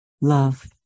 love